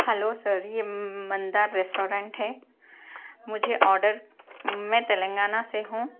hello sir یہ Mandar restaurant ہے مجھے آڈر میں تلنگانہ سے ہوں